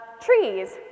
trees